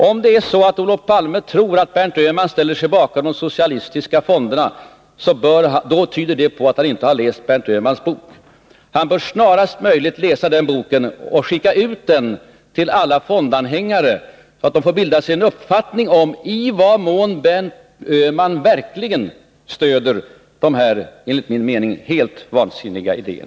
Om det är så att Olof Palme tror att Berndt Öhman ställer sig bakom de socialistiska fonderna, tyder det på att han inte har läst Berndt Öhmans bok. Han bör snarast möjligt läsa den boken och skicka ut den till alla fondanhängare, så att de får bilda sig en uppfattning om i vad mån Berndt Öhman verkligen stöder dessa, enligt min mening, helt vansinniga idéer.